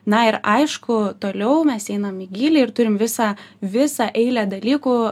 na ir aišku toliau mes einam į gylį ir turim visą visą eilę dalykų